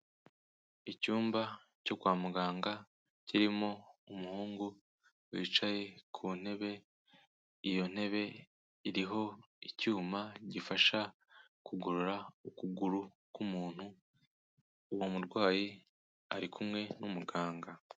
Icyumba cyo kwa muganga kirimo umuhungu wicaye ku ntebe, iyo ntebe iriho icyuma gifasha kugorora ukuguru k'umuntu, uwo murwayi ari kumwe n'umuganga.